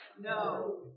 No